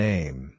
Name